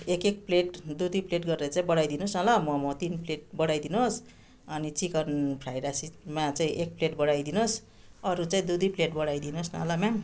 एक एक प्लेट दुई दुई प्लेट गरेर चाहिँ बढाइदिनु होस् न ल मोमो तिन प्लेट बढाइदिनु होस् अनि चिकन फ्राइ राइसमा चाहिँ एक प्लेट बढाइदिनु होस् अरू चाहिँ दुई दुई प्लेट बढाइदिनु होस् न ल म्याम